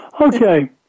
Okay